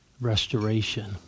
restoration